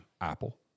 Apple